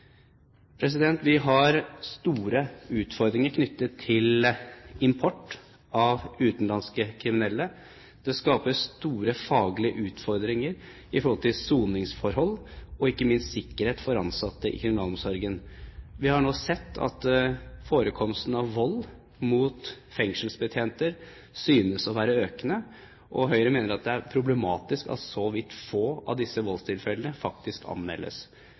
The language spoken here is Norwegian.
Vi har store utfordringer knyttet til import av utenlandske kriminelle. Det skapes store faglige utfordringer i forhold til soningsforhold og ikke minst sikkerhet for ansatte i kriminalomsorgen. Vi har nå sett at forekomsten av vold mot fengselsbetjenter synes å være økende, og Høyre mener at det er problematisk at så vidt få av disse voldstilfellene faktisk anmeldes.